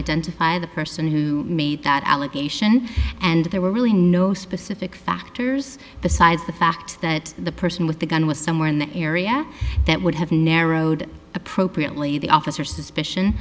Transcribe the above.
identify the person who made that allegation and there were really no specific factors besides the fact that the person with the gun was somewhere in the area that would have narrowed appropriately the officer suspicion